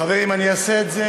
חברים, אעשה את זה